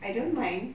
I don't mind